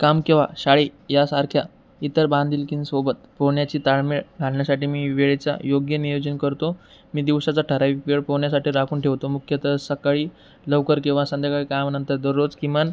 काम किंवा शाळे यासारख्या इतर बांधीलकींसोबत पोहण्याची ताळमेळ घालण्यासाठी मी वेळेचा योग्य नियोजन करतो मी दिवसाचा ठरावीक वेळ पोहण्यासाठी राखून ठेवतो मुख्यतः सकाळी लवकर किंवा संध्याकाळी कामानंतर दररोज किमान